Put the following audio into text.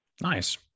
Nice